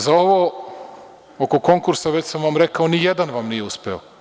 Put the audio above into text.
Za ovo oko konkursa već sam vam rekao, nijedan vam nije uspeo.